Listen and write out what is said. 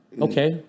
Okay